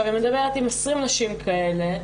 היא מדברת עם 20 נשים כאלה.